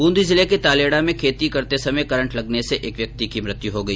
ब्रंदी जिले के तालेडा में खेती करते समय करंट लगने से एक व्यक्ति की मृत्यु हो गई